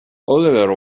oliver